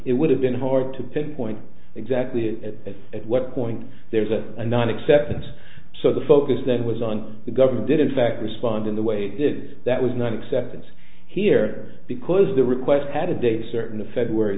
it would have been hard to pinpoint exactly at what point there is a non acceptance so the focus that was on the government did in fact respond in the way it did that was not acceptance here because the request had a date certain of february